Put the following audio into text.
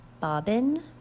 Bobbin